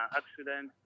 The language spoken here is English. accident